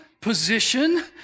position